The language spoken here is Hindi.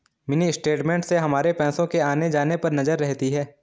मिनी स्टेटमेंट से हमारे पैसो के आने जाने पर नजर रहती है